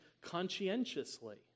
conscientiously